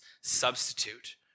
substitute